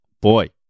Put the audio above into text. Boy